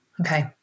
Okay